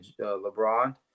LeBron